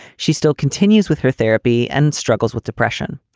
she still continues with her therapy and struggles with depression.